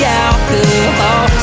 alcohol